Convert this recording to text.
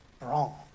wrong